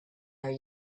are